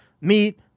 meat